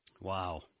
Wow